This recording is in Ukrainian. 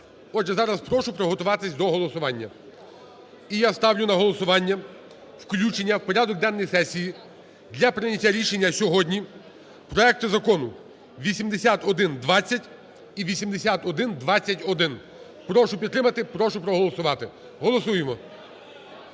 Отже, зараз прошу приготуватися до голосування. І я ставлю на голосування включення в порядок денний сесії для прийняття рішення сьогодні проекти закону 8120 і 8120-1. Прошу підтримати, прошу проголосувати, голосуємо.